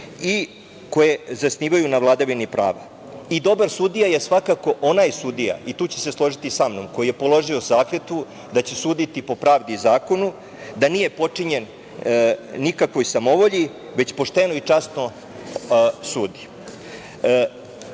i koje zasnivaju na vladavini prava i dobar sudija je svakako onaj sudija, i tu ćete se složiti sa mnom, koji je položio zakletvu da će suditi po pravdi zakona, da nije potčinjen po nikakvoj samovolji, već pošteno i časno